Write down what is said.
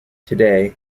today